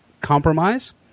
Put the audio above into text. compromise